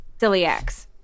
celiacs